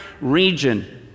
region